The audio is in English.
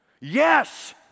Yes